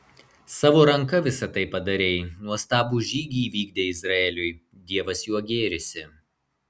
savo ranka visa tai padarei nuostabų žygį įvykdei izraeliui dievas juo gėrisi